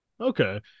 Okay